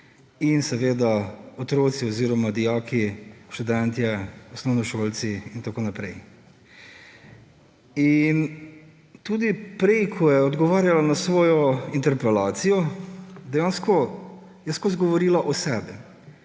otroci oziroma dijaki, študentje, osnovnošolci in tako naprej. In tudi prej, ko je odgovarjala na svojo interpelacijo, dejansko je vseskozi govorila o sebi.